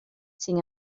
sin